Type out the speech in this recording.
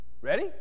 Ready